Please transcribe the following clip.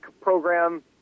program